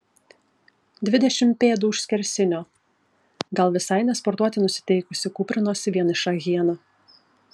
dvidešimt pėdų už skersinio gal visai ne sportuoti nusiteikusi kūprinosi vieniša hiena